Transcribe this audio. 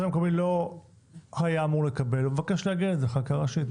המקומי לא היה אמור לקבל הוא מבקש לעגן את זה בחקיקה ראשית,